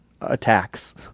attacks